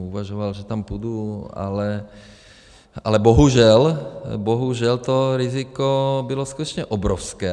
Uvažoval jsem, že tam půjdu, ale bohužel, bohužel to riziko bylo skutečně obrovské.